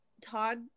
Todd